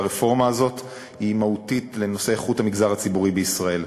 והרפורמה הזאת מהותית לנושא איכות המגזר הציבורי בישראל.